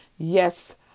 Yes